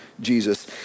Jesus